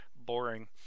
Boring